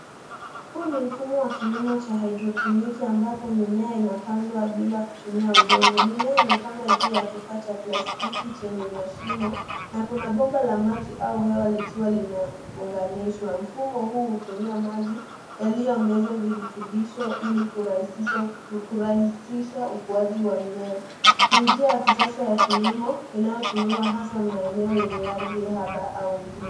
Huu ni mfumo wa kilimo cha haidroponiki ambapo mimea inapandwa bila kitumia udongo. Mimea imepandwa juu ya kifaa cha plastiki chenye mashimo na kuna bomba la maji au hewa likiwa limeunganishwa. Mfumo huu hutumia maji yaliyoongezwa virutubisho ili kurahisisha ukuaji wa mimea. Ni njia ya kisasa ya kilimo inayotumiwa hasa maeneo yenye ardhi haba au mjini.